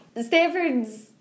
Stanford's